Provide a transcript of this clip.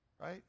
right